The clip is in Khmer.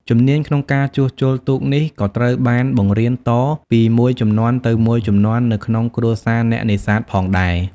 ជំនាញក្នុងការជួសជុលទូកនេះ ក៏ត្រូវបានបង្រៀនតពីមួយជំនាន់ទៅមួយជំនាន់នៅក្នុងគ្រួសារអ្នកនេសាទផងដែរ។